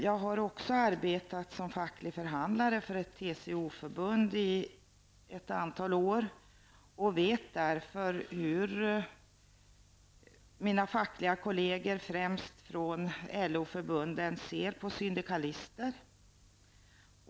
Jag har arbetat som facklig förhandlare i ett TCO förbund i ett antal år. Därför vet jag hur mina fackliga kolleger, främst från LO-förbunden, ser på syndikalister.